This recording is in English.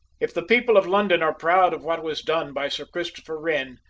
if the people of london are proud of what was done by sir christopher wren,